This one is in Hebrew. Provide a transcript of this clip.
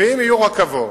אם יהיו רכבות,